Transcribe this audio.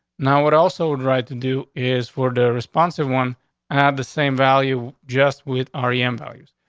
now, what also would write to do is for the responsive one. i have the same value just with r e m values.